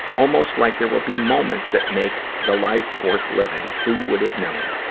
almost like there will be moments that make the life worth living. who would've known?